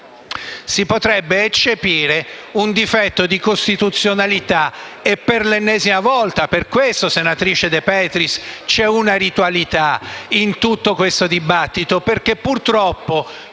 si potrebbe eccepire un difetto di costituzionalità, per l'ennesima volta. Per questo, senatrice De Petris, c'è una ritualità in tutto questo dibattito, perché questo